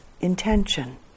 intention